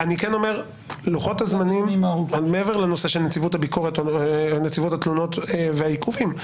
מעבר לנושא של נציבות התלונות והעיכובים,